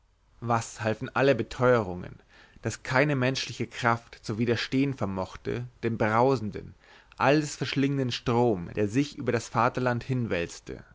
was halfen alle beteuerungen daß keine menschliche kraft zu widerstehen vermochte dem brausenden alles verschlingenden strom der sich über das vaterland